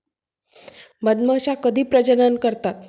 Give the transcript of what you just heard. मधमाश्या कधी प्रजनन करतात?